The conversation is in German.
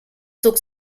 zog